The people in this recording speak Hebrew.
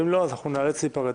אם לא ניאלץ להיפרד.